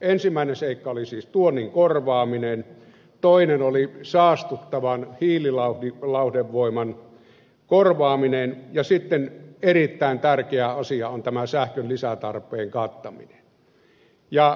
ensimmäinen seikka oli siis tuonnin korvaaminen toinen oli saastuttavan hiililauhdevoiman korvaaminen ja sitten erittäin tärkeä asia on sähkön lisätarpeen kattaminen